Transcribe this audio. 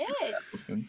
Yes